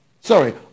sorry